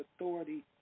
authority